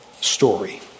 story